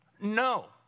No